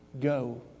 Go